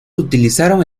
utilizaron